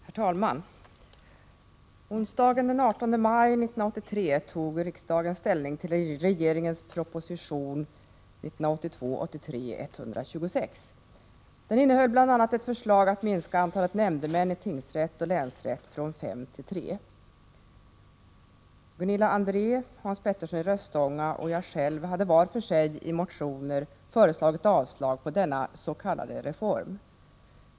Herr talman! Onsdagen den 18 maj 1983 tog riksdagen ställning till regeringens proposition 1982/83:126. Den innehöll bl.a. ett förslag att minska antalet nämndemän i tingsrätt och länsrätt från fem till tre. Gunilla André, Hans Petersson i Röstånga och jag själv hade var för sig i motioner föreslagit avslag på denna s.k. reform.